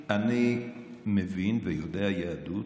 מבין ויודע יהדות,